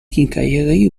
quincaillerie